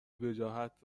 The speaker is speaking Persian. وجاهت